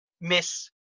miss